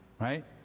Right